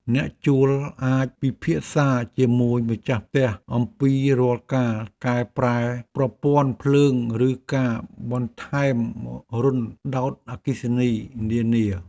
អ្នកជួលអាចពិភាក្សាជាមួយម្ចាស់ផ្ទះអំពីរាល់ការកែប្រែប្រព័ន្ធភ្លើងឬការបន្ថែមរន្ធដោតអគ្គិសនីនានា។